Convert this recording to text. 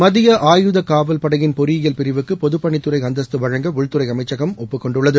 மத்திய ஆயுத காவல் படையின் பொறியியல் பிரிவுக்கு பொதுப் பணித்துறை அந்தஸ்து வழங்க உள்துறை அமைச்சகம் ஒப்புகொண்டுள்ளது